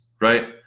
right